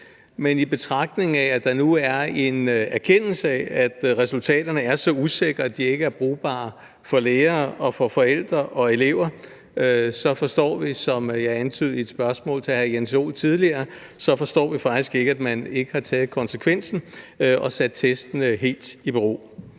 Men i betragtning af, at der nu er en erkendelse af, at resultaterne er så usikre, at de ikke er brugbare for lærere og forældre og elever, så forstår vi faktisk ikke – som jeg antydede i et spørgsmål til hr. Jens Joel tidligere – at man ikke har taget konsekvensen og sat testene helt i bero.